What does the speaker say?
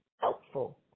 helpful